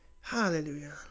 Hallelujah